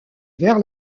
vers